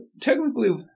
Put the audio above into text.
technically